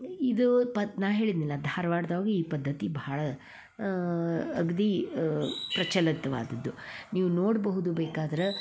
ಇದು ಪತ್ ನಾ ಹೇಳಿದ್ನಲ್ಲ ಧಾರ್ವಾಡ್ದಾಗ ಈ ಪದ್ದತಿ ಭಾಳ ಅಗದಿ ಪ್ರಚಲಿತವಾದದ್ದು ನೀವು ನೋಡಬಹುದು ಬೇಕಾದ್ರೆ